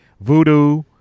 Voodoo